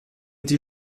die